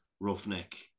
roughneck